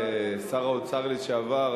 שר האוצר לשעבר,